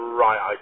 right